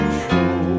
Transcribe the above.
show